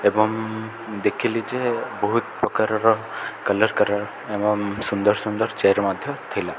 ଏବଂ ଦେଖିଲି ଯେ ବହୁତ ପ୍ରକାରର କଲର୍ କଲର୍ ଏବଂ ସୁନ୍ଦର ସୁନ୍ଦର ଚେୟାର୍ ମଧ୍ୟ ଥିଲା